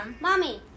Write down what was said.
mommy